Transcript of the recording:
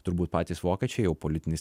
turbūt patys vokiečiai jau politinis